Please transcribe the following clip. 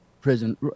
prison